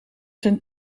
zijn